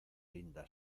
linda